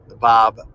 Bob